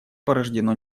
порождено